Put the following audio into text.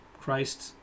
Christ